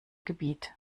gebiet